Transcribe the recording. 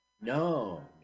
No